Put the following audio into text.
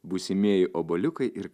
būsimieji obuoliukai ir